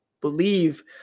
believe